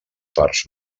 parts